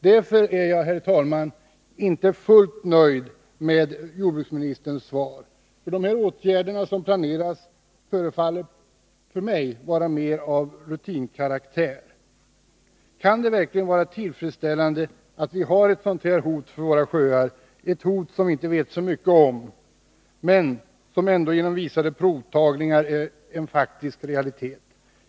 Därför är jag, herr talman, inte fullt nöjd med jordbruksministerns svar. De åtgärder som planeras förefaller mig vara mer av rutinkaraktär. Kan det verkligen vara tillfredsställande att vi har ett sådant här hot mot våra sjöar, ett hot som vi inte vet så mycket om men som ändå genom visade provtagningar är en faktisk realitet.